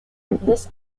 this